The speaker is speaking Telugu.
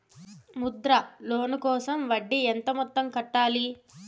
ముద్ర లోను కోసం వడ్డీ ఎంత మొత్తం కట్టాలి